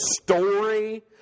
story